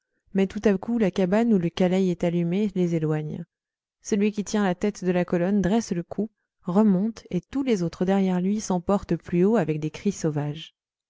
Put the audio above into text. mais tout à coup la cabane où le caleil est allumé les éloigne celui qui tient la tête de la colonne dresse le cou remonte et tous les autres derrière lui s'emportent plus haut avec des cris sauvages